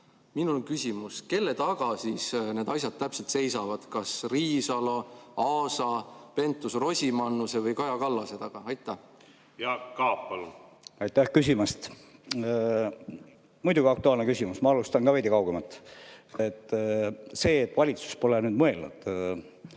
Minul on küsimus: kelle taga need asjad täpselt seisavad: kas Riisalo, Aasa, Pentus-Rosimannuse või Kaja Kallase? Jaak Aab, palun! Jaak Aab, palun! Aitäh küsimast! Muidugi aktuaalne küsimus. Ma alustan veidi kaugemalt. See, et valitsus pole mõelnud